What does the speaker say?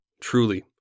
truly